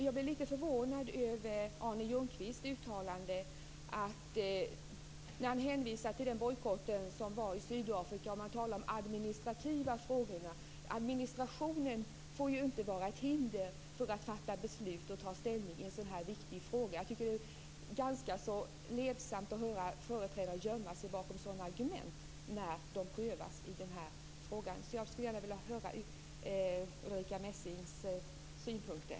Jag blev lite förvånad över att Arne Ljungqvist hänvisade till bojkotten mot Sydafrika och de administrativa frågorna. Administrationen får ju inte vara ett hinder för att man skall fatta beslut och ta ställning i en så viktig fråga. Det är ganska ledsamt när företrädare gömmer sig bakom sådana argument. Jag skulle väldigt gärna vilja höra vad Ulrica Messing har för synpunkter.